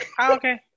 okay